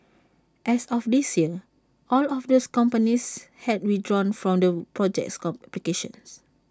as of this year all of those companies had withdrawn from the project's applications